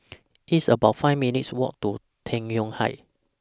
It's about five minutes' Walk to Tai Yuan Heights